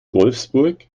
wolfsburg